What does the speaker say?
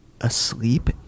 asleep